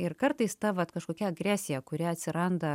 ir kartais ta vat kažkokia agresija kuri atsiranda